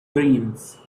dreams